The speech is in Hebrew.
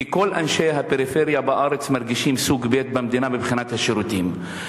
כי כל אנשי הפריפריה מרגישים סוג ב' במדינה מבחינת השירותים.